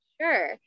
Sure